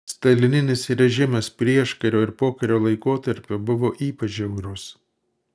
stalininis režimas prieškario ir pokario laikotarpiu buvo ypač žiaurus